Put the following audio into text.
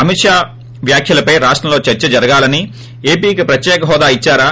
అమిత్ షా వ్యాఖ్యలపై రాష్టంలో చర్చ జరగాలని ఏపీకి ప్రత్యేక హోదా ఇద్సారా